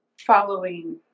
following